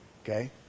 Okay